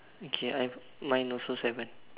okay I have mine also seven